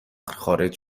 خارج